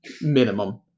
Minimum